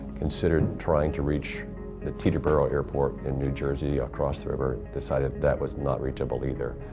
considered trying to reach the teterboro airport in new jersey, across the river, decided that was not reachable either,